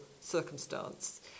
circumstance